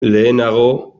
lehenago